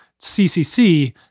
CCC